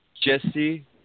Jesse